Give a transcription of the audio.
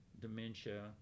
dementia